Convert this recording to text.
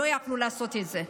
לא יכלו לעשות את זה.